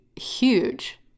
huge